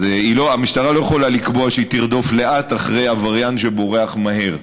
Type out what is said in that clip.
המשטרה לא יכולה לקבוע שהיא תרדוף לאט אחרי עבריין שבורח מהר.